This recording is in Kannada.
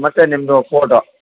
ಮತ್ತು ನಿಮ್ಮದು ಫೋಟೋ